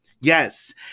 Yes